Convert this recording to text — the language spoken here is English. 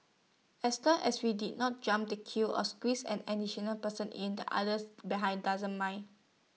as long as we did not jump the queues or squeezed an additional person in the others behind doesn't mind